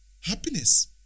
Happiness